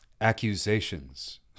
Accusations